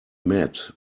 met